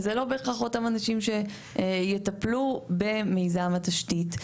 וזה לא בהכרח אותם אנשים שיטפלו במיזם התשתית.